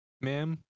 ma'am